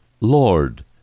Lord